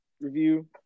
review